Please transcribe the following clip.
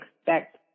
expect